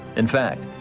in fact,